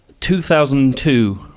2002